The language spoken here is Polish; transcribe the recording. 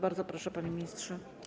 Bardzo proszę, panie ministrze.